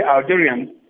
Algerians